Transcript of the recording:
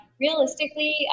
Realistically